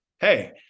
hey